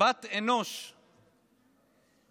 בת אנוש שרוקדת,